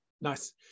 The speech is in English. nice